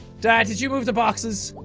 dad, did you move the boxes?